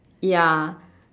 ya